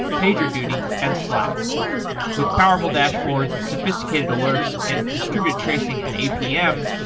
pagerduty and slack with powerful dashboards, sophisticated alerts and distributed tracing and apm,